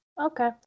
Okay